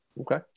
Okay